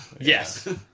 Yes